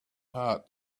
heart